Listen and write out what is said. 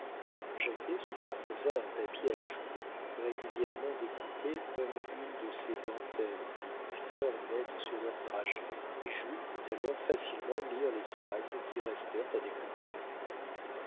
jacquet superposa un papier à jour régulièrement découpé comme une de ces dentelles que les confiseurs mettent sur leurs dragées et jules put alors facilement lire les phrases qui restèrent à découvert